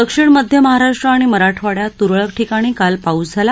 दक्षिण मध्य महाराष्ट्र आणि मराठवाङ्यात तुरळक ठिकाणी काल पाऊस झाला